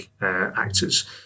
actors